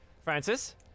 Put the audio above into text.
Francis